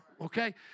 Okay